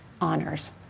honors